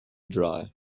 dry